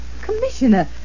Commissioner